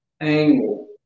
angle